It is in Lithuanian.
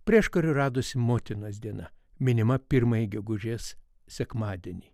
prieškariu radosi motinos diena minima pirmąjį gegužės sekmadienį